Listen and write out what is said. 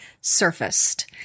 surfaced